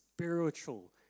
spiritual